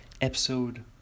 Episode